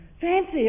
Fancy